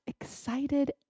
excited